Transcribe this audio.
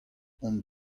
hon